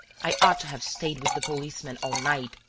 i ought to have stayed with the policemen all night.